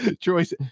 Choice